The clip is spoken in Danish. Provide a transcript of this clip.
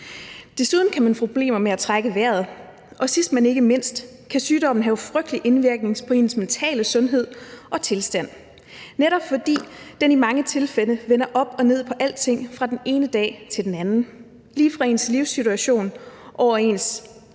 Desuden kan man få problemer med at trække vejret, og sidst, men ikke mindst, kan sygdommen have frygtelig indvirkning på ens mentale sundhed og tilstand, netop fordi den i mange tilfælde vender op og ned på alting fra den ene dag til den anden, lige fra ens livssituation over ens